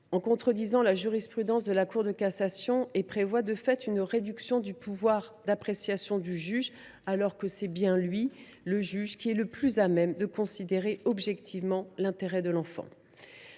Elle contredit la jurisprudence de la Cour de cassation et prévoit, de fait, une réduction du pouvoir d’appréciation du juge, alors qu’il est le plus à même de considérer objectivement l’intérêt de l’enfant.